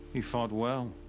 he fought well.